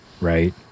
right